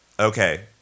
Okay